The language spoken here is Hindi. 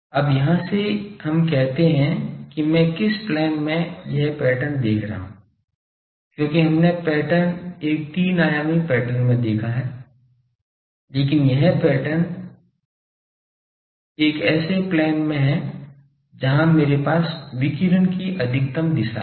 अब यहाँ से और हम कहते हैं कि मैं किस प्लेन में यह पैटर्न देख रहा हूँ क्योंकि हमने पैटर्न एक तीन आयामी पैटर्न में देखा है लेकिन यह पैटर्न एक ऐसे प्लेन में है जहाँ मेरे पास विकिरण की अधिकतम दिशा है